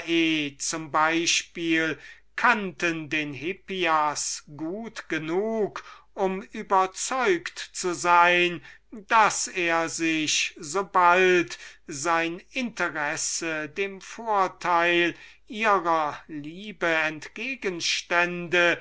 zum exempel kannten den hippias gut genug um überzeugt zu sein daß er sich sobald sein interesse dem vorteil ihrer liebe entgegenstünde